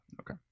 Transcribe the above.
okay